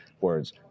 words